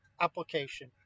application